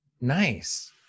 nice